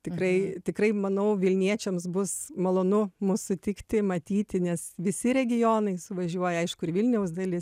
tikrai tikrai manau vilniečiams bus malonu mus sutikti matyti nes visi regionai suvažiuoja aišku ir vilniaus dalis